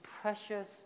precious